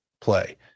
play